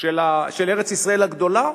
של ארץ-ישראל הגדולה,